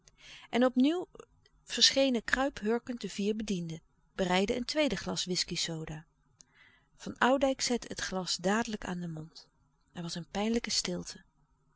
op nieuw verschenen kruiphurkend de vier bedienden bereidden een tweede glas whiskey soda van oudijck zette het glas dadelijk aan den mond louis couperus de stille kracht er was een pijnlijke stilte